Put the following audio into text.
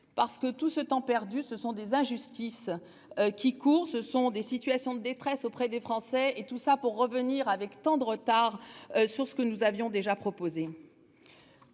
parce que tout ce temps perdu, ce sont des injustices qui court, ce sont des situations de détresse auprès des Français et tout ça pour revenir avec tant de retard sur ce que nous avions déjà proposé.